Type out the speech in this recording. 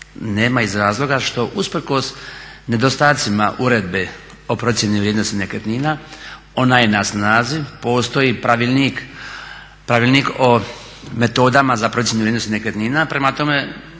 Nema iz razloga što usprkos nedostacima uredbe o procjeni vrijednosti nekretnina, ona je na snazi, postoji pravilnik o metodama za procjenu vrijednosti nekretnina, prema tome